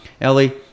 Ellie